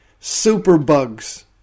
Superbugs